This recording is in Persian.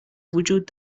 وجود